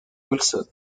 wilson